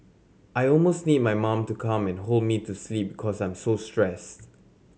I almost need my mom to come and hold me to sleep cause I'm so stressed